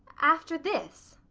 after this?